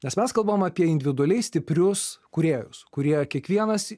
nes mes kalbam apie individualiai stiprius kūrėjus kurie kiekvienas